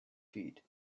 feet